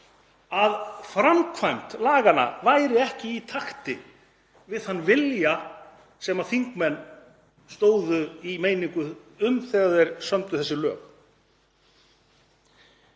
að framkvæmd laganna væri ekki í takti við þann vilja sem þingmenn stóðu í meiningu um þegar þeir sömdu þessi lög.